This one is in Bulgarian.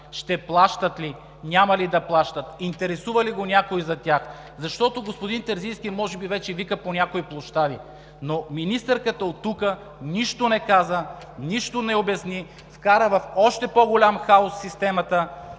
ще плащат ли, няма ли да плащат, интересува ли се някой за тях? Защото господин Терзийски може би вече вика по някои площади, но министърката оттук нищо не каза, нищо не обясни, вкара в още по-голям хаос системата